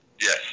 Yes